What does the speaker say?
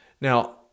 Now